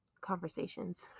conversations